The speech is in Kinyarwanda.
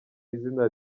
izina